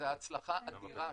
זו הצלחה אדירה.